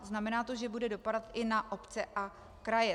Znamená to, že bude dopadat i na obce a kraje.